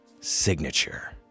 signature